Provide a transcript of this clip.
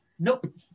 Nope